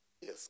yes